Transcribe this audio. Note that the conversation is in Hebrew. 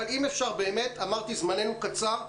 אם אפשר, זמננו קצר.